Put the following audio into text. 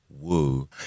woo